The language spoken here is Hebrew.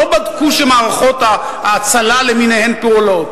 לא בדקו שמערכות ההצלה למיניהן פועלות?